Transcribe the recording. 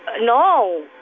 No